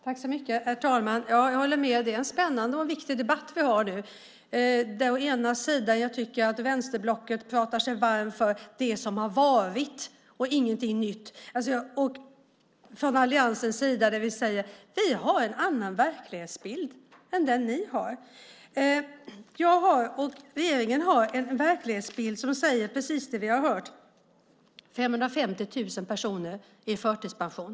Herr talman! Jag håller med. Det är en spännande och viktig debatt vi har nu. Jag tycker att vänsterblocket pratar sig varmt för det som har varit och ingenting nytt. Från alliansens sida har vi en annan verklighetsbild än den ni har. Jag och regeringen har en verklighetsbild som stämmer precis med det vi har hört: 550 000 personer i förtidspension.